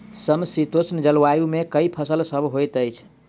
समशीतोष्ण जलवायु मे केँ फसल सब होइत अछि?